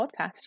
podcast